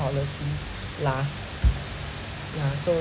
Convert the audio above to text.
policy lasts ah so